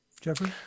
Jeffrey